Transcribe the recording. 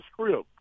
script